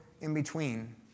in-between